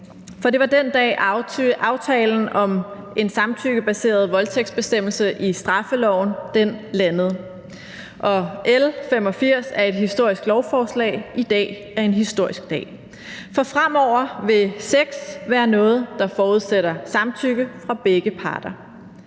for det var den dag, aftalen om en samtykkebaseret voldtægtsbestemmelse i straffeloven landede. L 85 er et historisk lovforslag. I dag er en historisk dag. For fremover vil sex være noget, der forudsætter samtykke fra begge parter.